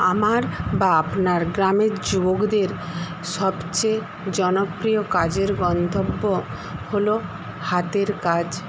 আমার বা আপনার গ্রামের যুবকদের সবচেয়ে জনপ্রিয় কাজের গন্তব্য হল হাতের কাজ